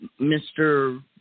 Mr